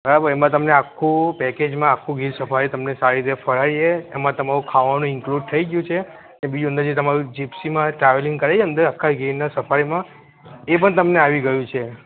બરાબર એમાં તમને આખું પેકેજમાં આખું ગીર સફારી તમને સારી રીતે ફરાવીએ એમાં તમારું ખાવાનું ઇન્ક્લુડ થઈ ગયું છે એ બીજું અંદર જે તમારું જિપ્સીમાં ટ્રાવેલિંગ કરે છે ને અંદર આખા ગીરની સફારીમાં એ પણ તમને આવી ગયું છે